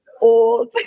Old